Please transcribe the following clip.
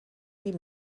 die